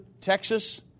Texas